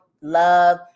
love